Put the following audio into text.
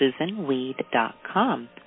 susanweed.com